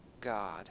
God